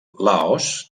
laos